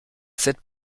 cette